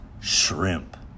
shrimp